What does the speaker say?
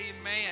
amen